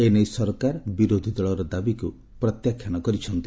ଏନେଇ ସରକାର ବିରୋଧୀ ଦଳର ଦାବିକ୍ ପ୍ରତ୍ୟାଖ୍ୟାନ କରିଛନ୍ତି